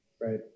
Right